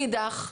מאידך,